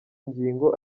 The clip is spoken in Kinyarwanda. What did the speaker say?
ngingo